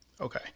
Okay